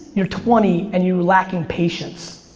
you're twenty, and you're lacking patience.